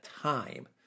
time